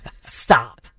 Stop